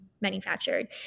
manufactured